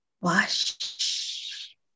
wash